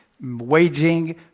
waging